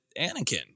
anakin